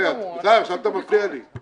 בצלאל, אתה מפריע לי עכשיו.